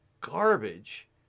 garbage